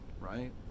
right